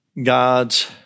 God's